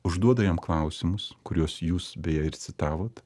užduoda jam klausimus kuriuos jūs beje ir citavot